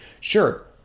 Sure